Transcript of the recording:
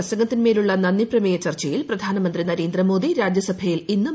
പ്രസംഗത്തിൻമേലുള്ള നന്ദിപ്രമേയ ചർച്ചയിൽ പ്രധാനമന്ത്രി നരേന്ദ്രമോദി രാജ്യസഭയിൽ ഇന്ന് മറുപടി നൽകും